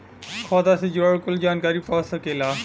खाता से जुड़ल कुल जानकारी पा सकेला